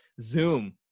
zoom